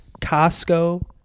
Costco